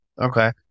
Okay